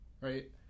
right